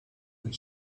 and